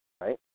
Right